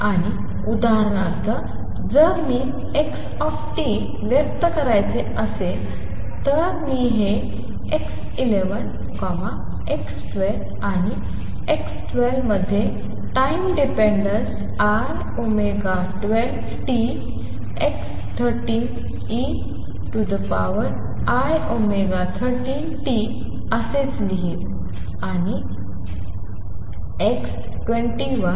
आणि उदाहरणार्थ जर मी x व्यक्त करायचे असेल तर मी हे x 11 x12 आणि x12 मध्ये time dependence i 12t x13 ei13tआणि असेच लिहीन आणि असेच